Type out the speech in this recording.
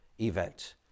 event